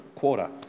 quarter